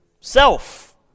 self